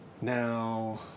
Now